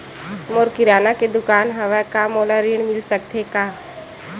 मोर किराना के दुकान हवय का मोला ऋण मिल सकथे का?